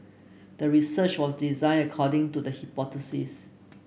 the research was designed according to the hypothesis